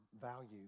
value